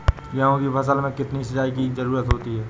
गेहूँ की फसल में कितनी सिंचाई की जरूरत होती है?